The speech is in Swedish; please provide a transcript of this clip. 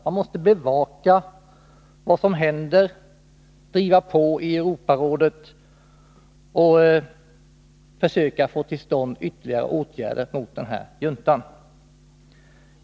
Man måste bevaka vad som händer, driva på i Europarådet och försöka få till stånd ytterligare åtgärder mot juntan.